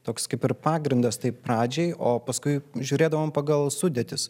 toks kaip ir pagrindas tai pradžiai o paskui žiūrėdavom pagal sudėtis